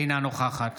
אינה נוכחת